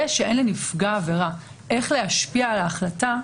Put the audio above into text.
זה שאין לנפגע העבירה איך להשפיע על ההחלטה,